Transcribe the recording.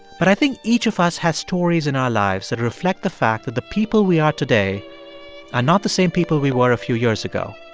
but i think each of us has stories in our lives that reflect the fact that the people we are today are not the same people we were a few years ago.